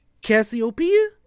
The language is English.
Cassiopeia